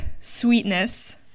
sweetness